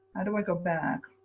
how do i go back?